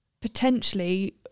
potentially